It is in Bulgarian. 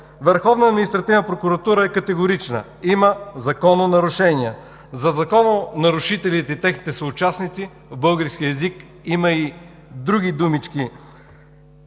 Върховната административна прокуратура е категорична – има закононарушения. За закононарушителите и техните съучастници в българския език има и други думички.